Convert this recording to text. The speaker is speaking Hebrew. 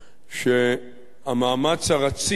שהמאמץ הרציף,